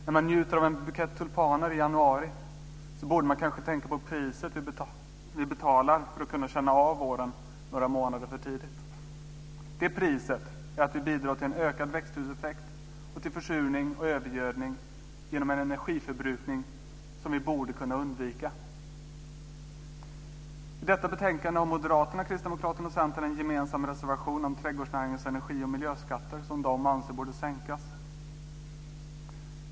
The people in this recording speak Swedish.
När man njuter av en bukett tulpaner i januari borde man kanske tänka på priset vi betalar för att kunna känna av våren några månader för tidigt. Det priset är att vi bidrar till en ökad växthuseffekt och till försurning och övergödning genom en energiförbrukning som vi borde kunna undvika. I detta betänkande har Moderaterna, Kristdemokraterna och Centern en gemensam reservation om trädgårdsnäringens energi och miljöskatter som man anser borde sänkas.